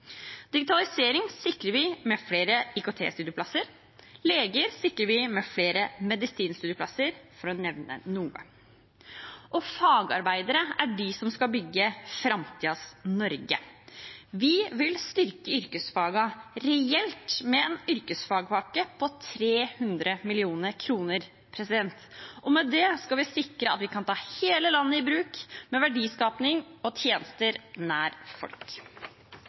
Digitalisering sikrer vi med flere IKT-studieplasser. Leger sikrer vi med flere medisinstudieplasser, for å nevne noe. Fagarbeidere er de som skal bygge framtidens Norge, og vi vil styrke yrkesfagene – reelt – med en yrkesfagpakke på 300 mill. kr. Med det skal vi sikre at vi kan ta hele landet i bruk, med verdiskaping og tjenester nær folk.